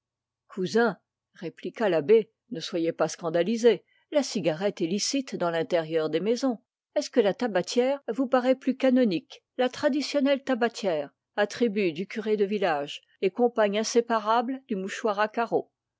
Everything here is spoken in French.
cousin répliqua l'abbé ne soyez pas scandalisé la cigarette est licite dans l'intérieur des maisons est-ce que la tabatière vous paraît plus canonique la traditionnelle tabatière attribut du curé de village et compagne inséparable du mouchoir à carreaux